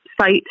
site